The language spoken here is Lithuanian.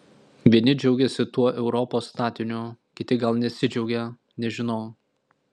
vieni džiaugiasi tuo europos statiniu kiti gal nesidžiaugia nežinau